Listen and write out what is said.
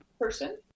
person